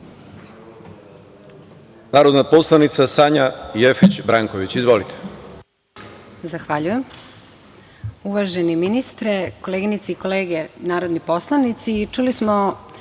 narodna poslanica Sanja Jefić Branković. Izvolite.